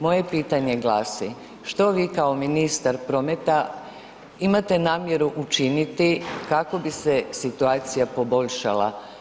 Moje pitanje glasi što vi kao ministar prometa imate namjeru učiniti kako bi se situacija poboljšala